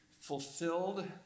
fulfilled